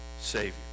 savior